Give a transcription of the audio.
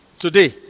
Today